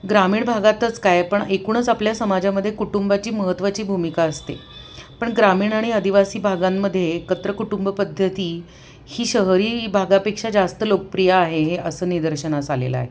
ग्रामीण भागातच काय पण एकूणच आपल्या समाजामध्ये कुटुंबाची महत्त्वाची भूमिका असते पण ग्रामीण आणि आदिवासी भागांमध्ये एकत्र कुटुंब पद्धती ही शहरी भागापेक्षा जास्त लोकप्रिय आहे हे असं निदर्शनास आलेलं आहे